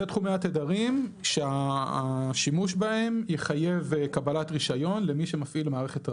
זה תחומי התדרים שהשימוש בהם יחייב קבלת רישיון למי שמפעיל מערכת רט"ן.